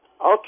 Okay